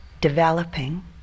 developing